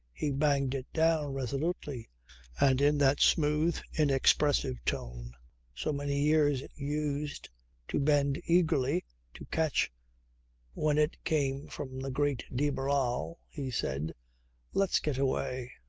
he banged it down resolutely and in that smooth inexpressive tone so many ears used to bend eagerly to catch when it came from the great de barral he said let's get away.